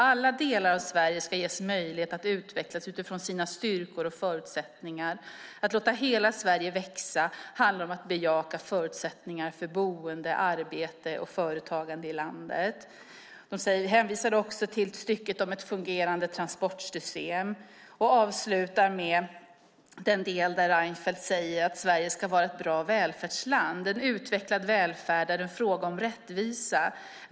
Alla delar av Sverige ska ges möjlighet att utvecklas utifrån sina styrkor och förutsättningar. Att låta hela Sverige växa handlar om att bejaka förutsättningar för boende, arbete och företagande i hela landet." De hänvisar också till stycket om ett fungerande transportsystem och avslutar med den del där Reinfeldt säger att Sverige ska vara ett bra välfärdsland: "En utvecklad välfärd är en fråga om rättvisa.